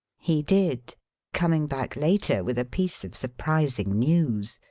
he did coming back later with a piece of surprising news.